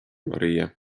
maria